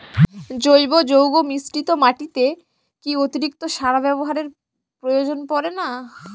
জৈব যৌগ মিশ্রিত মাটিতে কি অতিরিক্ত সার ব্যবহারের প্রয়োজন পড়ে না?